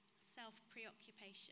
self-preoccupation